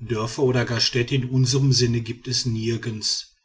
dörfer oder gar städte in unserm sinne gibt es nirgends